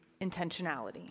intentionality